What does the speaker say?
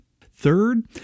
Third